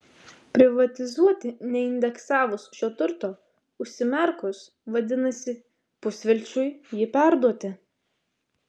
privatizuoti neindeksavus šio turto užsimerkus vadinasi pusvelčiui jį perduoti